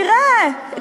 תראה,